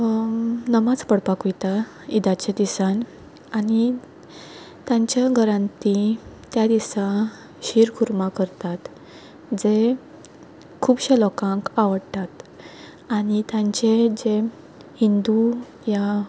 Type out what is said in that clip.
नमाज पडपाक वयता ईदाच्या दिसान आनी तांच्या घरान ती त्या दिसा शीर कुर्मा करतात जें खुबश्या लोकांक आवडटात आनी तांचे जें हिंदू या